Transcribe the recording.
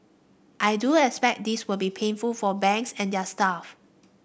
I do expect this will be painful for banks and their staff